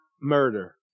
murder